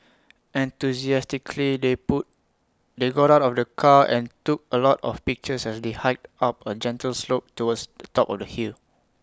enthusiastically they boot they got out of the car and took A lot of pictures as they hiked up A gentle slope towards the top of the hill